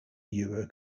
euro